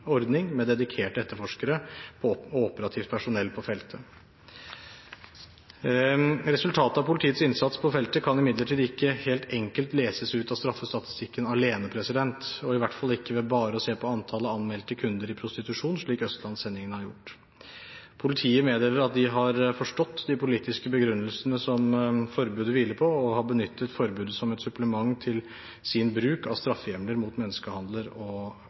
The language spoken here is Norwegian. ordning med dedikerte etterforskere og operativt personell på feltet. Resultatet av politiets innsats på feltet kan imidlertid ikke helt enkelt leses ut av straffestatistikken alene, og i hvert fall ikke ved bare å se på antall anmeldte kunder i prostitusjon, slik Østlandssendingen har gjort. Politiet meddeler at de har forstått de politiske begrunnelsene som forbudet hviler på, og har benyttet forbudet som et supplement til sin bruk av straffehjemler mot menneskehandel og hallikvirksomhet. Det er ingen motsetning mellom det å bekjempe menneskehandel og